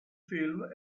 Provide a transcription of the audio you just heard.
film